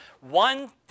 One